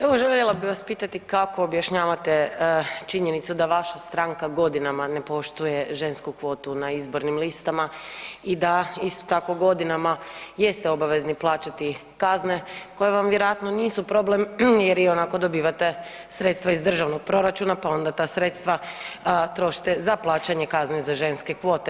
Evo željela bih vas pitati kako objašnjavate činjenicu da vaša stranka godinama ne poštuje žensku kvotu na izbornim listama i da isto tako godinama jeste obavezni plaćati kazne koje vam vjerojatno nisu problem jer ionako dobivate sredstva iz državnog proračuna pa onda ta sredstva trošite za plaćanje kazne za ženske kvote.